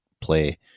play